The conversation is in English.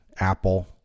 Apple